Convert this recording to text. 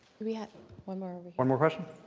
we have one more. one more question?